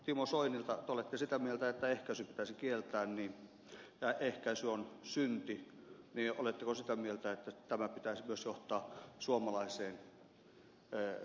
timo soinilta kun te olette sitä mieltä että ehkäisy pitäisi kieltää ja ehkäisy on synti oletteko sitä mieltä että tämän pitäisi myös johtaa suomalaiseen lainsäädäntöön